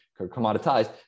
commoditized